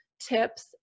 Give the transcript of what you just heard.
tips